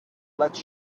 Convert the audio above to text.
let